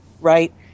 right